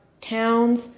towns